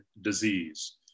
disease